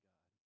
God